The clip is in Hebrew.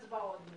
והצבעות,